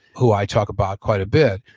who i talk about quite a bit,